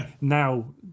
now